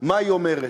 מה היא אומרת.